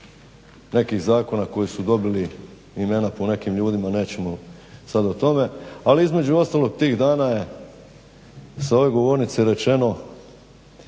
nekih zakona koji si dobili imena po nekim ljudima. Nećemo sada o tome. Ali između ostalog tih dana je sa ove govornice rečeno